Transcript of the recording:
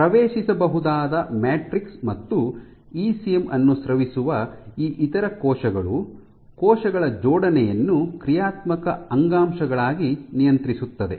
ಪ್ರವೇಶಿಸಬಹುದಾದ matrix ಮತ್ತು ECM ಅನ್ನು ಸ್ರವಿಸುವ ಈ ಇತರ ಕೋಶಗಳು ಕೋಶಗಳ ಜೋಡಣೆಯನ್ನು ಕ್ರಿಯಾತ್ಮಕ ಅಂಗಾಂಶಗಳಾಗಿ ನಿಯಂತ್ರಿಸುತ್ತದೆ